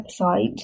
website